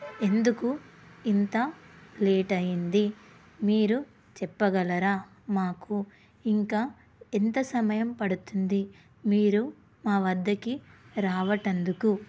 ఎందుకు ఇంత లేట్ అయ్యింది మీరు చెప్పగలరా మాకు ఇంకా ఎంత సమయం పడుతుంది మీరు మా వద్దకి రావడానికి